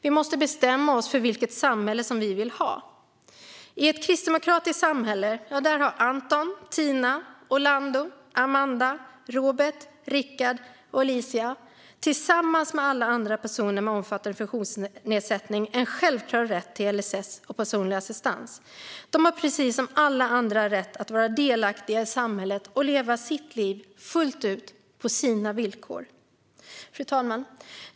Vi måste bestämma oss för vilket samhälle vi vill ha. I ett kristdemokratiskt samhälle har Anton, Tina, Orlando, Amanda, Robert, Richard och Alicia tillsammans med alla andra personer med omfattande funktionsnedsättningar en självklar rätt till LSS och personlig assistans. De har precis som alla andra rätt att vara delaktiga i samhället och leva sitt liv, fullt ut, på sina villkor. Fru talman!